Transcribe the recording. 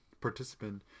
participant